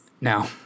Now